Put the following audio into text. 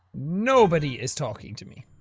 nobody is talking to me.